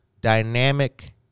dynamic